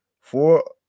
Four